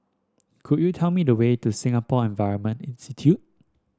could you tell me the way to Singapore Environment Institute